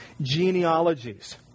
genealogies